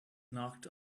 knocked